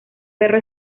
perro